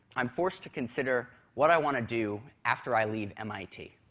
i'm forced to consider what i want to do after i leave mit.